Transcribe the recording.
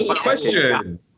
question